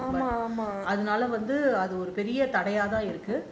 அதுனால வந்து அது ஒரு பெரிய தடையாதான் இருக்கு:athunaala vanthu athu oru periya thadaiyaathan iruku